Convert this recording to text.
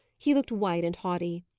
he looked white and haughty.